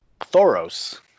Thoros